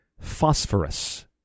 Phosphorus